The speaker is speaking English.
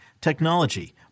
technology